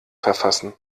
verfassen